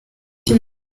ibi